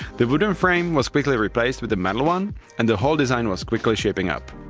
the wooden frame was quickly replaced with a metal one and the whole design was quickly shaping up.